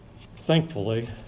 Thankfully